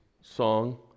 song